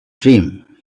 dream